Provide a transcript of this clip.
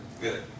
good